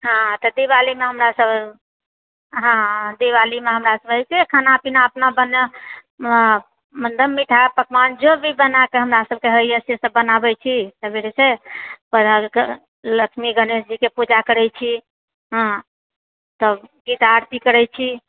हँ तऽ दीवालीमे हमरा सभ हँ दीवालीमे हमरा सभ होइत छै खाना पीना अपना सभ बनाउ हँ मतलब मीठा पकवान जो भी बनाके हमरा सभके होइए से सब बनाबए छी सबेरेसँ परात कऽ लक्ष्मी गणेश जीकेँ पूजा करए छी हँ तब गीत आरती करए छी